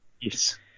Yes